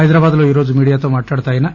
హైదరాబాద్ లో ఈరోజు మీడియాతో మాట్లాడుతూ ఆయన